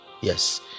yes